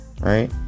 right